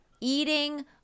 eating